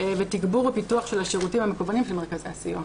תגבור ופיתוח של השירותים המקוונים של מרכזי הסיוע.